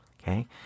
Okay